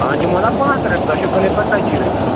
اَہَن دِمہو نا پانٛژھ ترٕٛہ رۄپیہِ تۄہہِ چھُ کٕنٕنۍ پَتہٕ ژَتجی رۅپیہِ